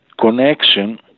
connection